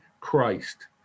Christ